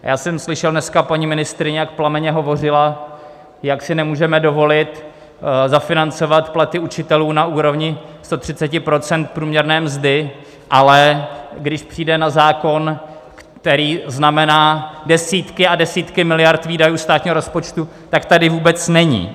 Já jsem slyšel dneska paní ministryni, jak plamenně hovořila, jak si nemůžeme dovolit zafinancovat platy učitelů na úrovni 130 % průměrné mzdy, ale když přijde na zákon, který znamená desítky a desítky miliard výdajů státního rozpočtu, tak tady vůbec není.